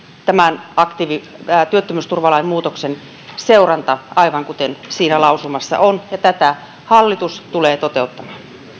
tämän työttömyysturvalain muutoksen seuranta aivan kuten siinä lausumassa on ja tätä hallitus tulee toteuttamaan